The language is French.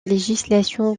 législation